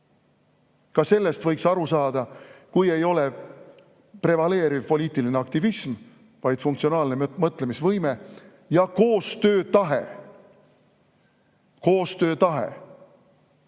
Ka sellest võiks aru saada, kui prevaleeriv ei ole poliitiline aktivism, vaid funktsionaalse mõtlemise võime ja koostöötahe. Koostöötahe!